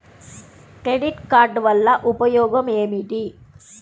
Credit card వల్ల ఉపయోగం ఏమిటీ?